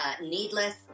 needless